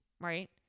right